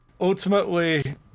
Ultimately